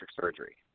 surgery